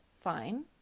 fine